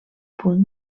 punt